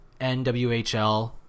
NWHL